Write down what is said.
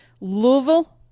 Louisville